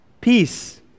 Peace